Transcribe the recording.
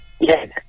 Yes